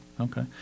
okay